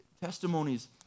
testimonies